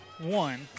one